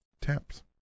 taps